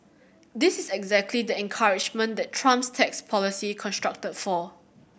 this is exactly the encouragement that Trump's tax policy constructed for